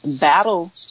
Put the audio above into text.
battle